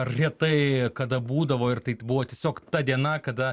retai kada būdavo ir tai buvo tiesiog ta diena kada